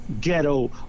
ghetto